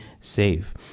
save